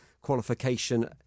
qualification